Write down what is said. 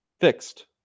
fixed